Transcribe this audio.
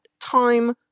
time